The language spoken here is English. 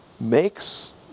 makes